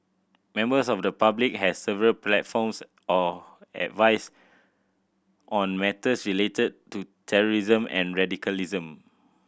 members of the public has several platforms or advice on matters related to terrorism and radicalism